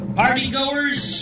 partygoers